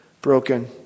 broken